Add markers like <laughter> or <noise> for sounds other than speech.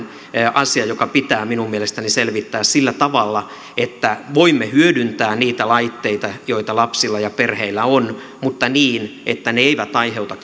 asia joka pitää minun mielestäni selvittää sillä tavalla että voimme hyödyntää niitä laitteita joita lapsilla ja perheillä on mutta niin että ne eivät aiheuta <unintelligible>